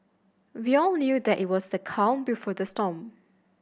we all knew that it was the calm before the storm